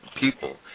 people